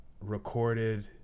recorded